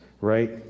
right